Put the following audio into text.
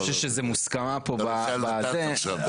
אני חושב שיש מוסכמה פה -- אתה על נת"צ עכשיו.